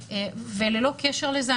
ללא קשר לזה,